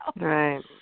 Right